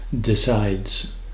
decides